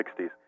60s